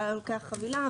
הוא היה לוקח חבילה.